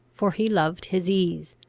for he loved his ease.